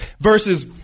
Versus